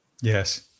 Yes